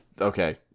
Okay